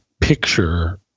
picture